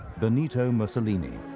benito mussolini,